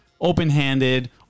open-handed